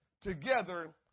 together